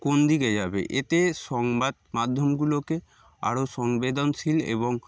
কোন দিকে যাবে এতে সংবাদ মাধ্যমগুলোকে আরও সংবেদনশীল এবং